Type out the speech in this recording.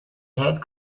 had